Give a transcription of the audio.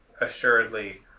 assuredly